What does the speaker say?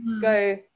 go